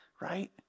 right